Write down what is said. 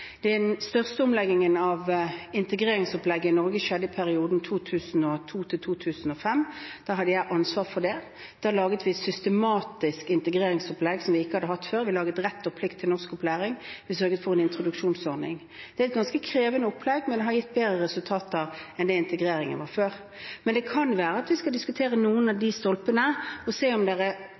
Den største omleggingen av integreringsopplegget i Norge skjedde i perioden 2002–2005. Da hadde jeg ansvar for det. Da laget vi et systematisk integreringsopplegg, som vi ikke hadde hatt før, vi laget rett og plikt til norskopplæring, vi sørget for en introduksjonsordning. Det er et ganske krevende opplegg, men har gitt bedre resultater enn det integreringen var før. Men det kan være at vi skal diskutere noen av de stolpene og se om det er